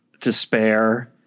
despair